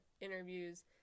interviews